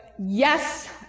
yes